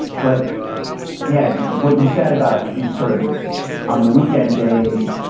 but yeah, what you said about sort of on the weekend days,